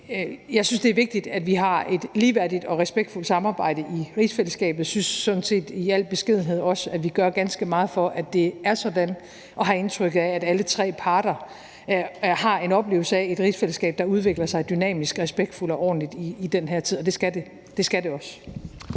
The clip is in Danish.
Jeg synes, det er vigtigt, at vi har et ligeværdigt og respektfuldt samarbejde i rigsfællesskabet, og jeg synes sådan set i al beskedenhed også, at vi gør ganske meget for, at det er sådan, og jeg har indtryk af, at alle tre parter har en oplevelse af et rigsfællesskab, der udvikler sig dynamisk, respektfuldt og ordentligt i den her tid, og det skal det også.